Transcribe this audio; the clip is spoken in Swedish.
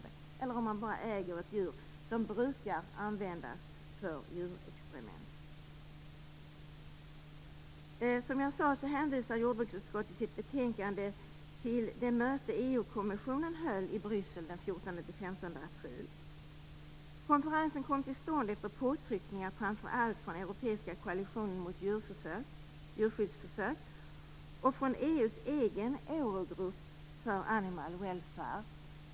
Det gäller också om man bara äger djur som brukar användas för djurexperiment. Som jag sade hänvisar jordbruksutskottet i sitt betänkande till det möte som EU-kommissionen arrangerade i Bryssel den 14-15 april. Konferensen kom till stånd efter påtryckningar framför allt från Europeiska koalitionen mot djurförsök och från EU:s egen EURO-group for Animal Welfare.